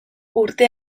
urte